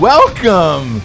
Welcome